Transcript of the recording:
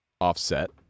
offset